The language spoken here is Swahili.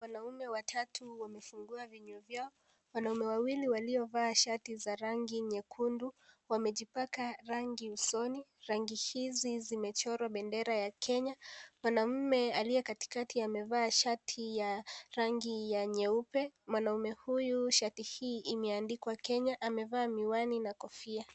Wanaume watatu wamefungua vinywa vyao. Wanaume wawili waliovaa shati za rangi nyekundu wamejipaka rangi usoni, rangi hizi zimechorwa bendera ya Kenya. Mwanaume aliye katikati amevaa shati ya rangi ya nyeupe, mwanaume huyu shati hii imeandikwa Kenya amevaa miwani na kofia.